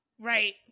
Right